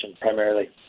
primarily